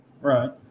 Right